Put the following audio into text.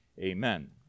Amen